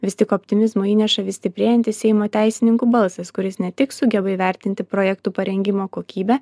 vis tik optimizmo įneša vis stiprėjantis seimo teisininkų balsas kuris ne tik sugeba įvertinti projektų parengimo kokybę